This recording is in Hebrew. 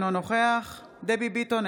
אינו נוכח דבי ביטון,